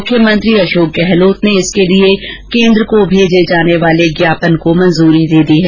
मुख्यमंत्री अशोक गहलोत ने इसके लिए केन्द्र को भेजे जाने वाले ज्ञापन को स्वीकृति दे दी है